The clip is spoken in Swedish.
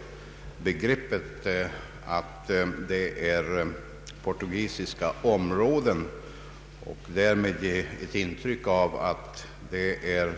Portugiserna kan naturligtvis tala om portugisiska områden och därmed ge ett intryck av att det här